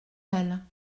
elle